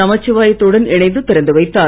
நமச்சிவாயத்துடன் இணைந்து திறந்து வைத்தார்